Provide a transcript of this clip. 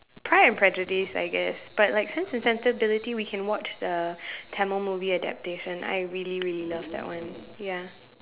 Pride and Prejudice I guess but like Sense and Sensibility we can watch the Tamil movie adaptation I really really love that one ya